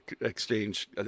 exchange